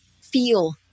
feel